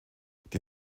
die